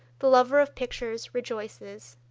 the lover of pictures rejoices.